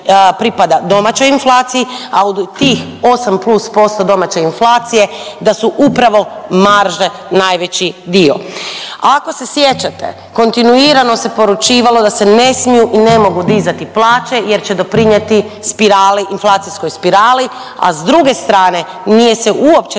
domaćoj inflaciji, a od tih 8 plus posto domaće inflacije da su upravo marže najveći dio. Ako se sjećate kontinuirano se poručivalo da se ne smiju i ne mogu dizati plaće, jer će doprinijeti spirali, inflacijskoj spirali, a s druge strane nije se uopće